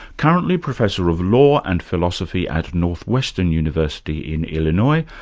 currently professor of law and philosophy at northwestern university in illinois,